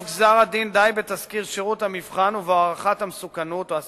גזר-הדין די בתסקיר שירות המבחן ובו הערכת הסיכון,